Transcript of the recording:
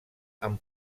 amb